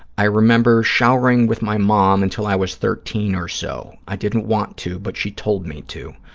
i remember showering with my mom until i was thirteen or so. i didn't want to, but she told me to.